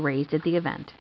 raised at the event